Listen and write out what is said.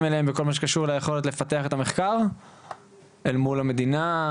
אליהם בכל מה שקשור ביכולת לפתח את המחקר אל מול המדינה.